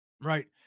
right